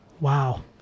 Wow